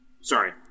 Sorry